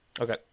Okay